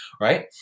right